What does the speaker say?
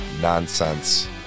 nonsense